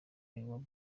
ngo